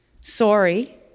sorry